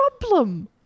problem